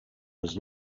was